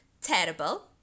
terrible